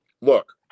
look